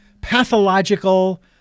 pathological